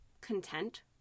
content